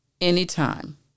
anytime